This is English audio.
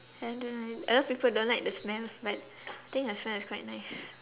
I don't a lot people don't like the smell but think the smell is quite nice